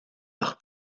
par